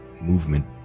movement